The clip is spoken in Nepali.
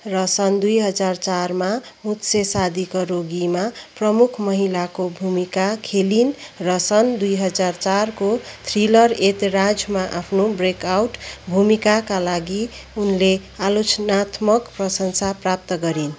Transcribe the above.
र सन् दुई हजार चारमा मुझसे शादी करोगीमा प्रमुख महिलाको भूमिका खेलिन् र सन् दुई हजार चारको थ्रीलर एतराजमा आफ्नो ब्रेक आउट भूमिकाका लागि उनले आलोचनात्मक प्रशंसा प्राप्त गरिन्